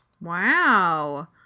Wow